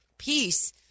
peace